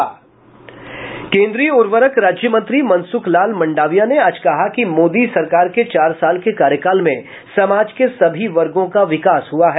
केन्द्रीय उर्वरक राज्य मंत्री मनसुख लाल मंडाविया ने आज कहा कि मोदी सरकार के चार साल के कार्यकाल में समाज के सभी वर्गों का विकास हुआ है